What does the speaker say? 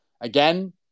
Again